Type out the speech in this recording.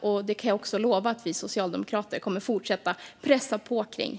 Jag kan också lova att vi socialdemokrater kommer att fortsätta att pressa på för detta.